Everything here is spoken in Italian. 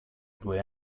due